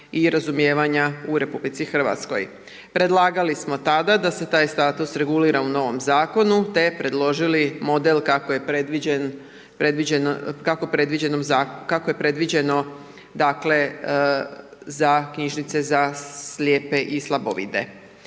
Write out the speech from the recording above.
i razumijevanja u RH. Predlagali smo tada se taj status regulira u novom zakonu te predložili model kako je predviđeno dakle za knjižnice za slijepe i slabovidne.